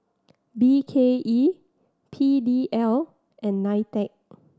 B K E P D L and NITEC